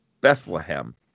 bethlehem